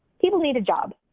people need a job.